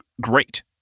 great